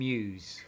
Muse